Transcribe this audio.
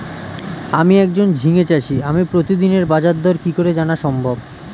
আমি একজন ঝিঙে চাষী আমি প্রতিদিনের বাজারদর কি করে জানা সম্ভব?